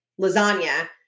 lasagna